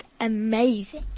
amazing